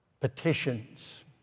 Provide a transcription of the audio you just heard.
petitions